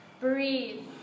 Breathe